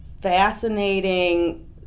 fascinating